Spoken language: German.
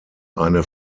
eine